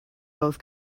both